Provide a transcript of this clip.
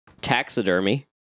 taxidermy